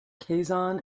kazan